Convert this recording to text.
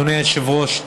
אדוני היושב-ראש,